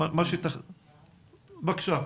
בבקשה,